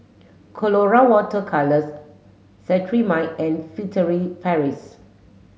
Colora water colours Cetrimide and Furtere Paris